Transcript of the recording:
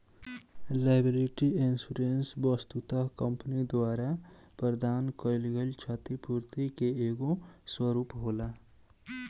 liability insurance वस्तुतः company द्वारा प्रदान कईल गईल छतिपूर्ति के एगो स्वरूप होला